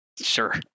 Sure